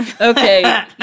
Okay